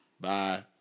Bye